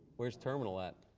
where's terminal at?